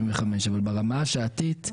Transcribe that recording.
אבל ברמה השעתית,